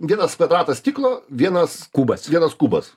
vienas kvadratas stiklo vienas kubas vienas kubas